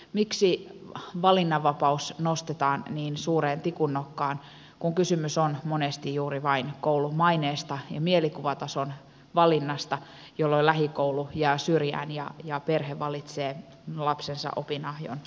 miksi valinnanvapaus nostetaan niin suuren tikun nokkaan kun kysymys on monesti juuri vain koulun maineesta ja mielikuvatason valinnasta jolloin lähikoulu jää syrjään ja perhe valitsee lapsensa opin ahjon kauempaa